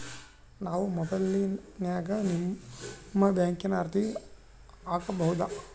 ನಾವು ಮೊಬೈಲಿನ್ಯಾಗ ನಿಮ್ಮ ಬ್ಯಾಂಕಿನ ಅರ್ಜಿ ಹಾಕೊಬಹುದಾ?